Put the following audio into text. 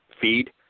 feed